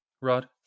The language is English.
Rod